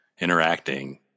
interacting